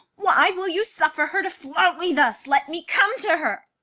why will you suffer her to flout me thus? let me come to her.